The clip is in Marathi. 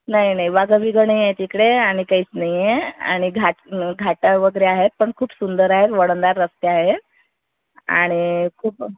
नाही नाही वाघं बिघं नाही आहेत इकडे आणि काहीच नाही आहे आणि घाट घाट वगैरे आहेत पण खूप सुंदर आहे वळणदार रस्ते आहेत आणि खूप